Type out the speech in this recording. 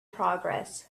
progress